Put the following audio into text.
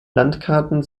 landkarten